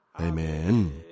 Amen